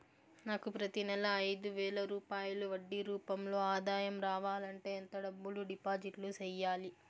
నాకు ప్రతి నెల ఐదు వేల రూపాయలు వడ్డీ రూపం లో ఆదాయం రావాలంటే ఎంత డబ్బులు డిపాజిట్లు సెయ్యాలి?